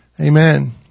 Amen